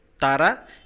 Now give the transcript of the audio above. Tara